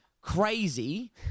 crazy